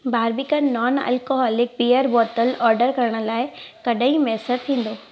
Barbican non alcoholic beer बोतल order करण लाइ कॾहिं मुयसरु थींदो